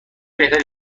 بهتری